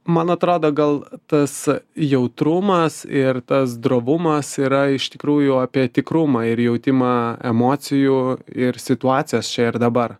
man atrodo gal tas jautrumas ir tas drovumas yra iš tikrųjų apie tikrumą ir jautimą emocijų ir situacijos čia ir dabar